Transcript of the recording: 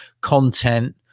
content